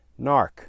NARC